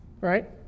right